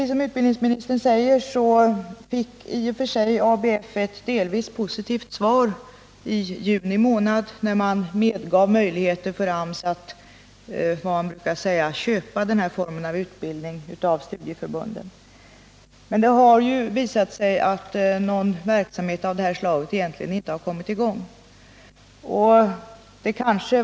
Som utbildningsministern säger fick i och för sig ABF ett delvis positivt svar ijuni månad, där man medgav möjligheter för AMS att, som man brukar säga, köpa den här formen av utbildning av studieförbunden. Men det har visat sig att någon verksamhet av det här slaget egentligen inte har kommit i gång.